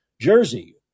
jersey